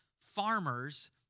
farmers